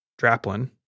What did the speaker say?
Draplin